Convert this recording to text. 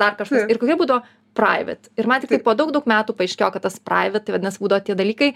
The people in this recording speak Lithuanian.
dar kažkur ir kokiu būdu praivit ir man tiktai po daug daug metų paaiškėjo kad tas praivit tai vadinasi būdavo tie dalykai